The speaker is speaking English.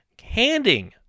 handing